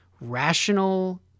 rational